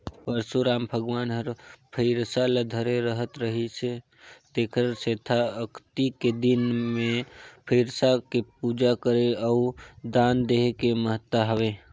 परसुराम भगवान हर फइरसा ल धरे रहत रिहिस तेखर सेंथा अक्ती के दिन मे फइरसा के पूजा करे अउ दान देहे के महत्ता हवे